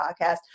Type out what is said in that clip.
podcast